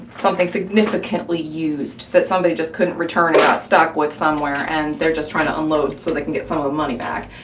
something significantly used that somebody just couldn't return and got stuck with somewhere, and they're just trying to unload so they can get some of the money back.